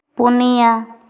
ᱯᱩᱱᱤᱭᱟ